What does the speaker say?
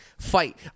fight